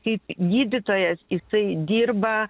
kaip gydytojas jisai dirba